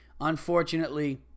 unfortunately